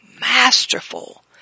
masterful